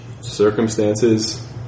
circumstances